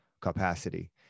capacity